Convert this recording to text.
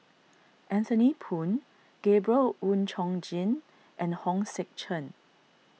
Anthony Poon Gabriel Oon Chong Jin and Hong Sek Chern